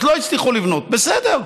אז לא הצלחנו לבנות, בסדר,